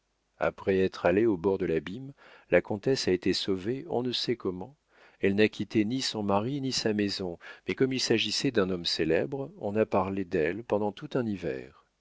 après être allée au bord de l'abîme la comtesse a été sauvée on ne sait comment elle n'a quitté ni son mari ni sa maison mais comme il s'agissait d'un homme célèbre on a parlé d'elle pendant tout un hiver